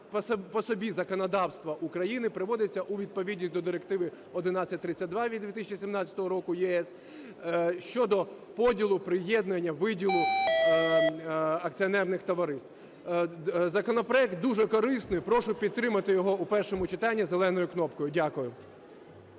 по собі законодавство України приводиться у відповідність до Директиви ЄС 1132 від 2017 року. Щодо поділу, приєднання, виділу акціонерних товариств. Законопроект дуже корисний. Прошу підтримати його у першому читанні зеленою кнопкою. Дякую.